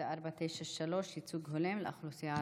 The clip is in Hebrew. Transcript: שאילתה מס' 493: ייצוג הולם לאוכלוסייה הערבית.